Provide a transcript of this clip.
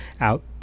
out